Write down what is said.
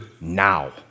now